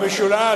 השר בגין,